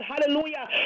Hallelujah